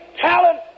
talent